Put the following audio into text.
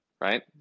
Right